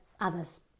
others